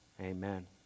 Amen